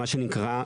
מה שנקרא,